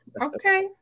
Okay